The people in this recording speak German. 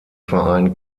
verein